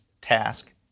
task